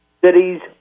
Cities